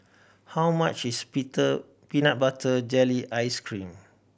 how much is peanut butter jelly ice cream